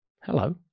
Hello